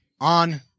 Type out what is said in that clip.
on